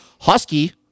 husky